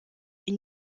une